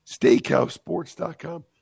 SteakhouseSports.com